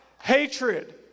hatred